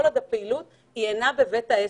כל עוד הפעילות אינה בבית העסק.